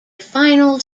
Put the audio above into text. final